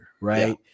right